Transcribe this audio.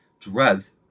drugs